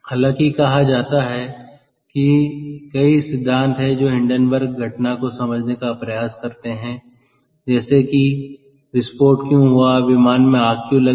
हालाँकि कहा चाहता है कि कई सिद्धांत हैं जो हिंडनबर्ग घटना को समझने का प्रयास करते हैं जैसे कि विस्फोट क्यों हुआ विमान में आग क्यों लगी